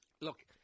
Look